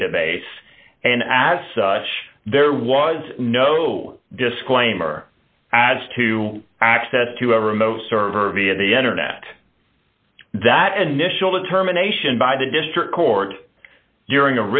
database and as such there was no disclaimer as to access to ever most server via the internet that and michelle determination by the district court during